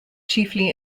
chiefly